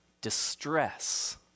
distress